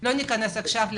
לא ניכנס עכשיו להגדרות.